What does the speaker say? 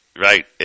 Right